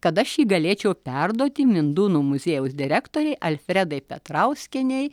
kad aš jį galėčiau perduoti mindūnų muziejaus direktorei alfredai petrauskienei